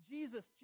Jesus